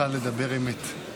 הכנסת ביטון,